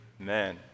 Amen